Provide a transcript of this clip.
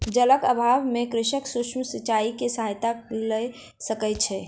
जलक अभाव में कृषक सूक्ष्म सिचाई के सहायता लय सकै छै